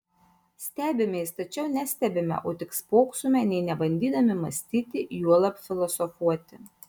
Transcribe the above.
stebimės tačiau nestebime o tik spoksome nė nebandydami mąstyti juolab filosofuoti